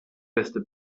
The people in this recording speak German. beste